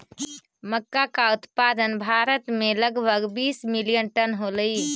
मक्का का उत्पादन भारत में लगभग बीस मिलियन टन होलई